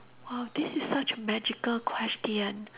!wow! this is such a magical question